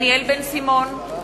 בנימין בן-אליעזר,